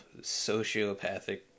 sociopathic